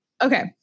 Okay